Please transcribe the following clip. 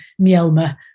Mielma